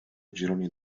gironi